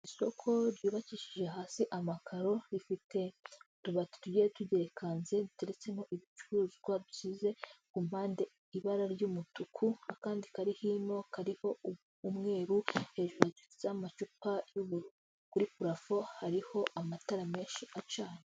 Isoko ryubakishije hasi amakaro, rifite utuba tugiye tugerekanze duteretsemo ibicuruzwa bigize ku mpande ibara ry'umutuku, akandi kari hino kariho umweru hejuru hateretseho amacupa kuri palafo hariho amatara menshi acana.